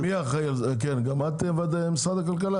רגע, גם את ממשרד הכלכלה?